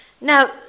Now